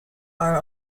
are